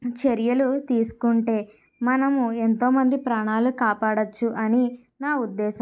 చర్యలు తీసుకుంటే మనము ఎంతో మంది ప్రాణాలు కాపాడవచ్చు అని నా ఉద్దేశం